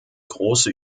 große